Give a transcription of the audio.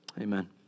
Amen